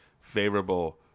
favorable